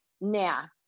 Now